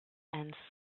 and